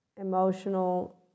emotional